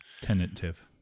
Tentative